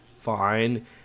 fine